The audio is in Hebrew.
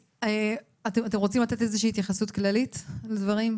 אתם רוצים לתת איזושהי התייחסות כללית לדברים?